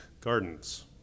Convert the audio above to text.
Gardens